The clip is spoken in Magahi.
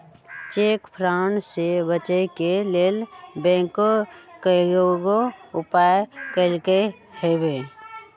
चेक फ्रॉड से बचे के लेल बैंकों कयगो उपाय कलकइ हबे